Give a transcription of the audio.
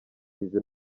izi